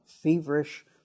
feverish